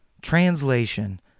Translation